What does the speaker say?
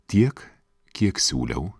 tiek kiek siūliau